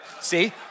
See